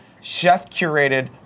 chef-curated